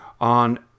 on